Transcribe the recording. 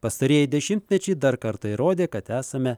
pastarieji dešimtmečiai dar kartą įrodė kad esame